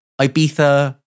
Ibiza